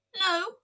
No